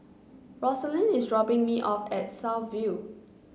Rosalyn is dropping me off at South View